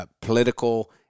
political